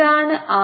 ഇതാണ് R